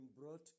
brought